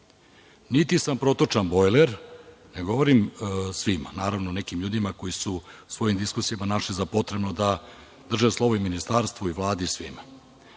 sam protočan bojler, ne govorim svima, naravno nekim ljudima koji su svojim diskusijama našli za potrebno da drže slovo i Ministarstvu i Vladi i svima.